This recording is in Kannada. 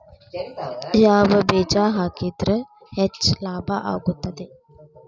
ಯಾವ ಬೇಜ ಹಾಕಿದ್ರ ಹೆಚ್ಚ ಲಾಭ ಆಗುತ್ತದೆ?